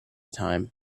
time